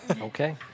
Okay